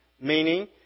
meaning